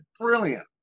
brilliant